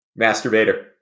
Masturbator